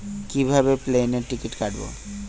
কিভাবে প্লেনের টিকিট কাটব?